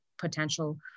potential